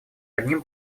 одним